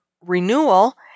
renewal